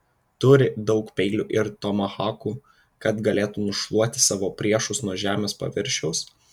turi daug peilių ir tomahaukų kad galėtų nušluoti savo priešus nuo žemės paviršiaus